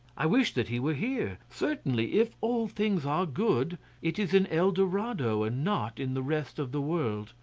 i wish that he were here. certainly, if all things are good, it is in el dorado and not in the rest of the world.